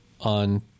on